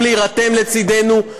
יכולים להירתם לצדנו,